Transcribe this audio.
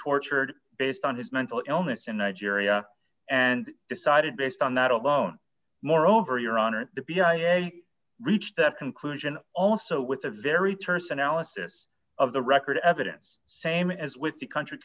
tortured based on his mental illness in nigeria and decided based on that alone moreover your honor the beyond a reach that conclusion also with a very terse analysis of the record evidence same as with the country